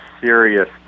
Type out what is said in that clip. serious